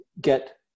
get